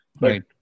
Right